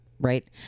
right